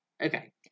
Okay